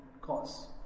cause